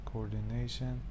Coordination